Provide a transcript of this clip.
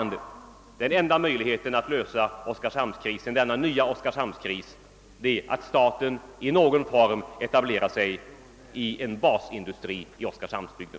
Den enda möjligheten att lösa den nya oskarshamnskrisen är att staten i någon form etablerar en basindustri i oskarshamnsbygden.